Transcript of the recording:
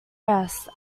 rest